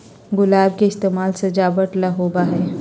गुलाब के इस्तेमाल सजावट ला होबा हई